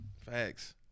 Facts